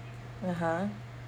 (uh huh)